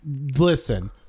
Listen